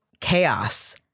Chaos